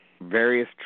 various